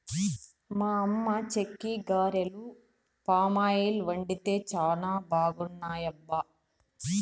మా అమ్మ చెక్కిగారెలు పామాయిల్ వండితే చానా బాగున్నాయబ్బా